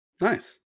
Nice